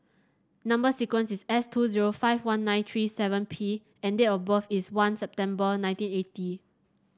number sequence is S two zero five one nine three seven P and date of birth is one September nineteen eighty